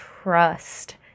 trust